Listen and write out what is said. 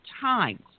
times